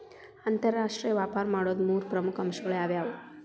ಅಂತರಾಷ್ಟ್ರೇಯ ವ್ಯಾಪಾರ ಮಾಡೋದ್ ಮೂರ್ ಪ್ರಮುಖ ಅಂಶಗಳು ಯಾವ್ಯಾವು?